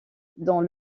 dont